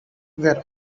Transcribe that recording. where